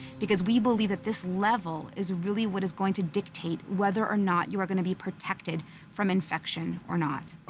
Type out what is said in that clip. because we believe that this level is really what is going to dictate whether or not you are going to be protected from infection or not. but